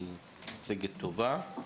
היא מצגת טובה.